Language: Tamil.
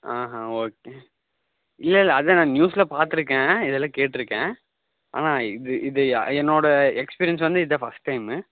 ஆஹா ஓகே இல்லை இல்லை அதுதான் ந நியூஸ்சில் பார்த்துருக்கேன் இதெல்லாம் கேட்டிருக்கேன் ஆனால் இது இது என்னோட எக்ஸ்பீரியன்ஸ் வந்து இதுதான் ஃபஸ்ட் டைம்மு